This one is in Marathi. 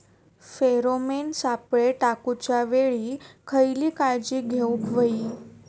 फेरोमेन सापळे टाकूच्या वेळी खयली काळजी घेवूक व्हयी?